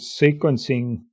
sequencing